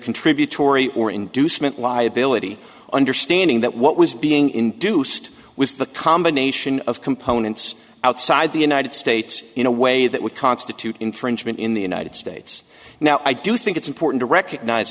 contributory or inducement liability understanding that what was being induced was the combination of components outside the united states in a way that would constitute infringement in the united states now i do think it's important to recognize